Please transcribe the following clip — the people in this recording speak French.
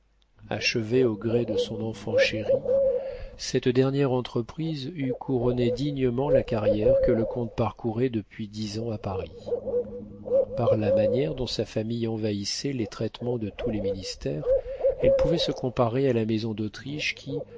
achevée au gré de son enfant chéri cette dernière entreprise eût couronné dignement la carrière que le comte parcourait depuis dix ans à paris par la manière dont sa famille envahissait les traitements de tous les ministères elle pouvait se comparer à la maison d'autriche qui